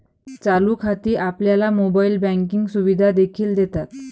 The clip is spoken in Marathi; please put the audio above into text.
चालू खाती आपल्याला मोबाइल बँकिंग सुविधा देखील देतात